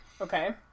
Okay